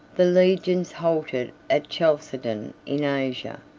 the legions halted at chalcedon in asia,